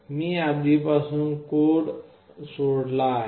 मी आधीपासून कोड सोडला आहे